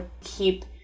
keep